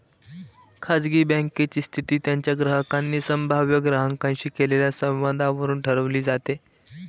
खाजगी बँकेची स्थिती त्यांच्या ग्राहकांनी संभाव्य ग्राहकांशी केलेल्या संवादावरून ठरवली जाते